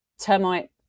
termite